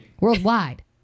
Worldwide